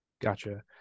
Gotcha